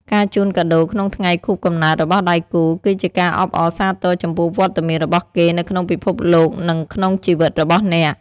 ការជូនកាដូក្នុងថ្ងៃខួបកំណើតរបស់ដៃគូ គឺជាការអបអរសាទរចំពោះវត្តមានរបស់គេនៅក្នុងពិភពលោក និងក្នុងជីវិតរបស់អ្នក។